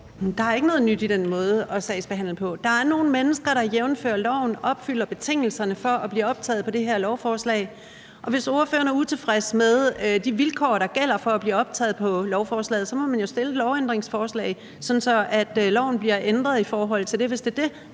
der er ikke noget nyt i den måde at sagsbehandle på. Der er nogle mennesker, der jævnfør loven opfylder betingelserne for at blive optaget på det her lovforslag, og hvis ordføreren er utilfreds med de vilkår, der gælder for at blive optaget på lovforslaget, må han jo fremsætte et ændringslovforslag, sådan at loven bliver ændret i forhold til det, hvis det er det,